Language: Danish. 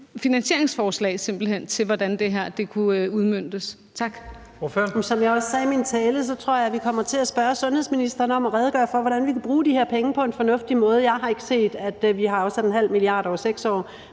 finansieringsforslag til, hvordan det her kunne udmøntes,